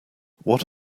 what